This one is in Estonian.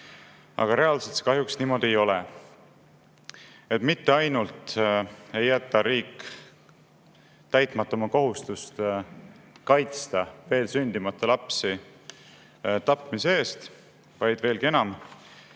Aga reaalselt see kahjuks nii ei ole. Riik mitte ainult ei jäta täitmata oma kohustust kaitsta veel sündimata lapsi tapmise eest, vaid veelgi enam: